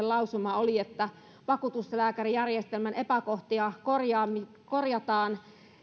lausuma oli että vakuutuslääkärijärjestelmän epäkohtia korjataan